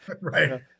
Right